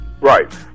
Right